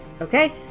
Okay